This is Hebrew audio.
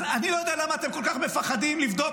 אז אני לא יודע למה אתם כל כך מפחדים לבדוק.